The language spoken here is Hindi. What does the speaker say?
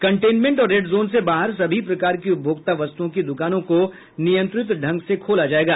कंटेनमेंट और रेड जोन से बाहर सभी प्रकार की उपभोक्ता वस्तुओं की दुकानों को नियंत्रित ढंग से खोला जायेगा